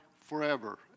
forever